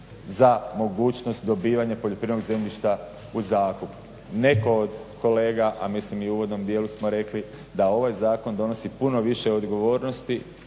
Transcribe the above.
za mogućnost dobivanja poljoprivrednog zemljišta u zakup. Netko od kolega, a mislim i u uvodnom dijelu smo rekli da ovaj zakon donosi puno više odgovornosti,